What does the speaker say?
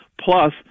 plus